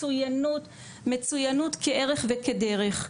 מצויינות כערך וכדרך.